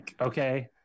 okay